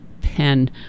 pen